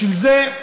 בשביל זה,